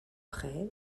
prêts